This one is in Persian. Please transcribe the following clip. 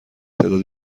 تعدادی